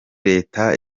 reta